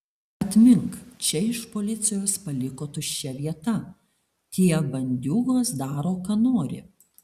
atmink čia iš policijos paliko tuščia vieta tie bandiūgos daro ką nori